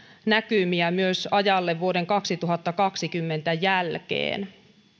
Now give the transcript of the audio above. näkymiä myös ajalle vuoden kaksituhattakaksikymmentä jälkeen